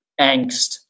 angst